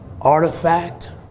artifact